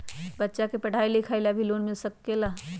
बच्चा के पढ़ाई लिखाई ला भी लोन मिल सकेला?